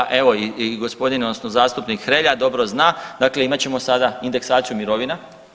Ovoga, evo i gospodin odnosno zastupnik Hrelja dobro zna dakle imat ćemo sada indeksaciju mirovina.